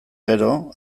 gero